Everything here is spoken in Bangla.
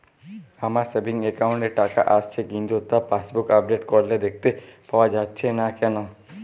আমার সেভিংস একাউন্ট এ টাকা আসছে কিন্তু তা পাসবুক আপডেট করলে দেখতে পাওয়া যাচ্ছে না কেন?